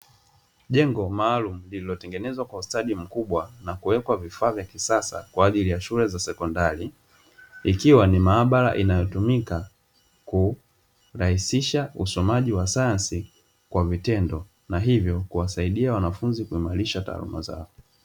Jengo maalumu lililotengenezwa kwa ustadi mkubwa na kuwekwa vifaa vya kisasa kwa ajili ya shule za sekondari, ikiwa ni maabara inayotumika kurahisisha usomaji wa sayansi kwa vitendo na hivyo kuwasaida wanafunzi kuimarisha taaluma zao.